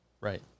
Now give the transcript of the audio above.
Right